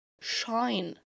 shine